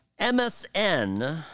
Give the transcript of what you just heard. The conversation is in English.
MSN